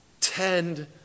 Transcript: tend